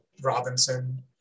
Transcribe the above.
Robinson